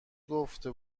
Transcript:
گفته